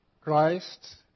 Christ